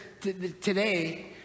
today